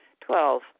Twelve